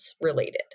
related